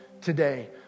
today